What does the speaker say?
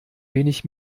wenig